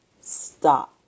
stop